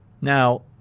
Now